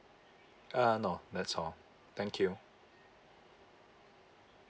uh no that's all thank you